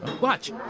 Watch